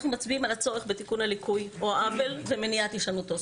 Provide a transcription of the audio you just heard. אנחנו מצביעים על הצורך בתיקון הליקוי או העוול ומניעת הישנותו.